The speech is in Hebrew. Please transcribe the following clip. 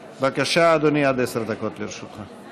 בבקשה, אדוני, עד עשר דקות לרשותך.